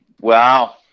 Wow